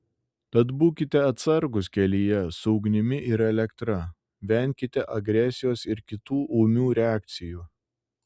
tad būkite atsargūs kelyje su ugnimi ir elektra venkite agresijos ir kitų ūmių reakcijų